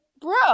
bro